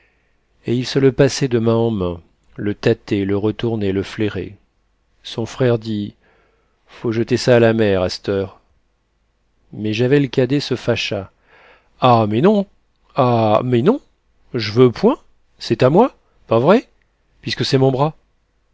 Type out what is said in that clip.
et ils se le passaient de main en main le tâtaient le retournaient le flairaient son frère dit faut jeter ça à la mer à c't'heure mais javel cadet se fâcha ah mais non ah mais non j'veux point c'est à moi pas vrai pisque c'est mon bras